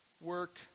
Work